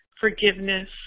forgiveness